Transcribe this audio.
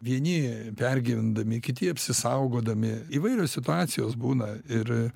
vieni pergyvendami kiti apsisaugodami įvairios situacijos būna ir